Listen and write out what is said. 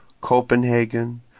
Copenhagen